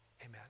amen